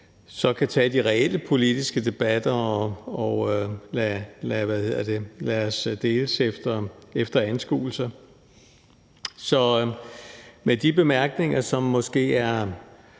kan tage de reelle politiske debatter og lade os dele os efter anskuelser. Så med de bemærkninger, som måske så